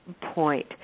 point